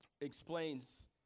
explains